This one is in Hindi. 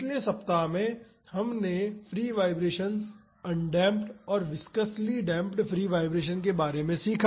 पहले सप्ताह में हमने फ्री वाईब्रेशन्स अनडेमप्ड और विस्कोसली डेमप्ड फ्री वाईब्रेशन्स के बारे में सीखा